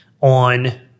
on